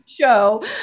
show